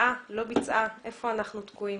ביצעה או לא ביצעה והיכן אנחנו תקועים.